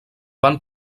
van